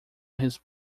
his